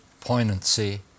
poignancy